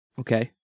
okay